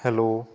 hello